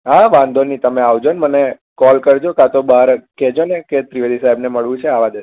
હા વાંધો નહીં તમે આવજો ને મને કોલ કરજો ક્યાં તો બહાર કહેજો ને કે ત્રિવેદી સાહેબને મળવું છે આવવા દે